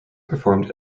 performed